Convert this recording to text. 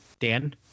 Dan